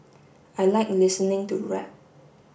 I like listening to rap